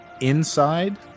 Inside